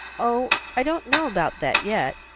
oh, i don't know about that yet.